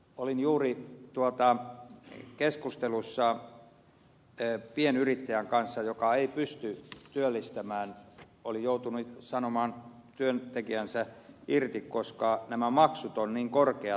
olin juuri keskustelussa pienyrittäjän kanssa joka ei pysty työllistämään oli joutunut sanomaan työntekijänsä irti koska nämä maksut ovat niin korkeat